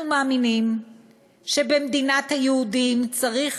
אנחנו מאמינים שבמדינת היהודים צריך